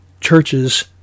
churches